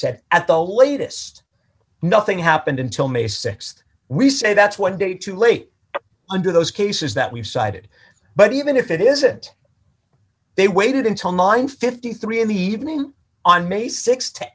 said at the latest nothing happened until may th we say that's one day too late under those cases that we've cited but even if it is it they waited until nine fifty three in the evening on may